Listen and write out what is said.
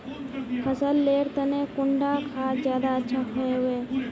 फसल लेर तने कुंडा खाद ज्यादा अच्छा हेवै?